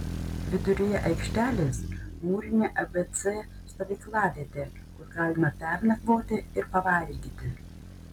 viduryje aikštelės mūrinė abc stovyklavietė kur galima pernakvoti ir pavalgyti